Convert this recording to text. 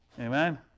Amen